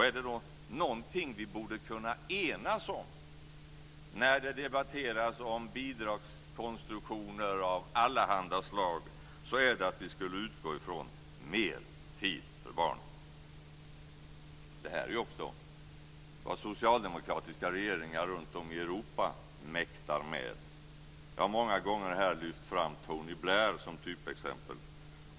Är det då något som vi borde kunna enas om, när det debatteras om bidragskonstruktioner av allehanda slag, så är det att vi skulle utgå ifrån kravet mer tid för barnen. Det här är också vad socialdemokratiska regeringar runt om i Europa mäktar med. Jag har många gånger här lyft fram Tony Blair som typexempel.